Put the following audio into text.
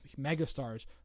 megastars